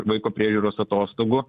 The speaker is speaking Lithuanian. vaiko priežiūros atostogų